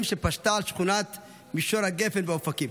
שפשטה על שכונת מישור הגפן באופקים.